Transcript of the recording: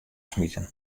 smiten